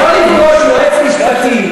יועץ משפטי,